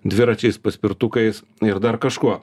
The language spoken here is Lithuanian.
dviračiais paspirtukais ir dar kažkuo